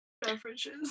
beverages